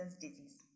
disease